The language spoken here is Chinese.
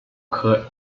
蓼科